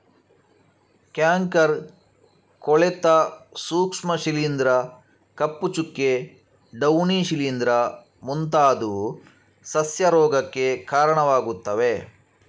canker, ಕೊಳೆತ ಸೂಕ್ಷ್ಮ ಶಿಲೀಂಧ್ರ, ಕಪ್ಪು ಚುಕ್ಕೆ, ಡೌನಿ ಶಿಲೀಂಧ್ರ ಮುಂತಾದವು ಸಸ್ಯ ರೋಗಕ್ಕೆ ಕಾರಣವಾಗುತ್ತವೆ